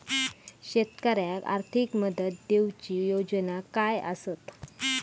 शेतकऱ्याक आर्थिक मदत देऊची योजना काय आसत?